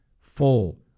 full